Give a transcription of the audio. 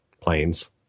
planes